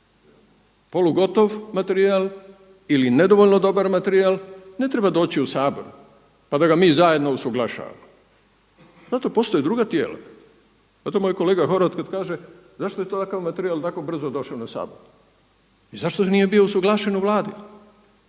Polugotov materijal ili nedovoljno dobar materijal ne treba doći u Sabor, pa da ga mi zajedno usuglašavamo. Za to postoje druga tijela. Zato moj kolega Horvat kada kaže zašto je takav materijal tako brzo došao na Sabor i zašto nije bio usuglašen u Vladi.